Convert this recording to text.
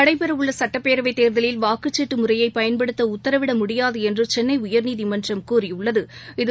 நடைபெறவுள்ளசட்டப்பேரவைத்தேர்தலில் வாக்குச்சீட்டுமுறையபயன்படுத்தஉத்தரவிடமுடியாதுஎன்றுசென்னைஉயர்நீதிமன்றம் கூறியுள்ளது